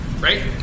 right